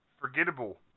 Forgettable